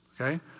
okay